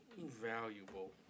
valuable